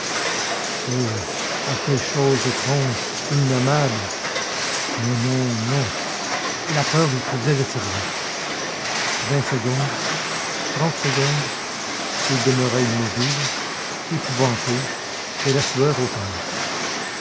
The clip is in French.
à quelle chose étrange innommable mais non non la peur lui troublait le cerveau vingt secondes trente secondes il demeura immobile épouvanté de la sueur aux tempes